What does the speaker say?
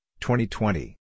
2020